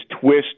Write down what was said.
twist